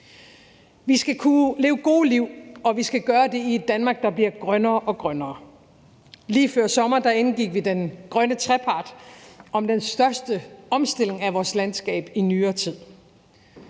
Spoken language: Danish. Vi skal kunne leve gode liv, og vi skal gøre det i et Danmark, der bliver grønnere og grønnere. Lige før sommer indgik vi den grønne trepart om den største omstilling af vores landskab i nyere tid.